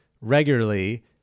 regularly